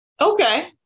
Okay